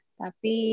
tapi